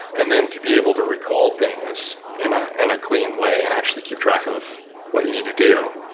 and then to be able to recall things in ah and a clean way and actually keep track of what you need to do.